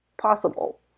possible